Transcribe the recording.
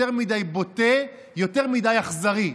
יותר מדי בוטה, יותר מדי אכזרי,